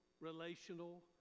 relational